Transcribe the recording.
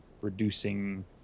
reducing